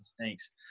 Thanks